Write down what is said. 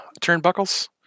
turnbuckles